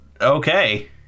Okay